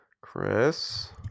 Chris